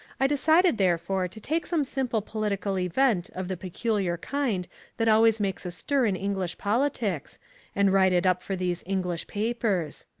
i decided therefore to take some simple political event of the peculiar kind that always makes a stir in english politics and write it up for these english papers.